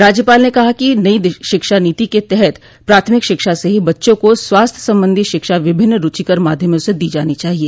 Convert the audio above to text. राज्यपाल ने कहा कि नई शिक्षा नीति के तहत प्राथमिक शिक्षा से ही बच्चों को स्वास्थ्य संबंधी शिक्षा विभिन्न रूचिकर माध्यमों से दी जानी चाहिए